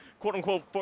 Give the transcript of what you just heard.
quote-unquote